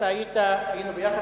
היינו ביחד,